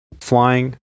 flying